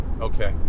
Okay